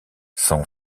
son